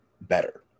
better